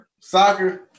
Soccer